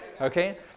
Okay